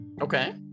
okay